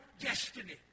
destiny